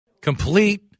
Complete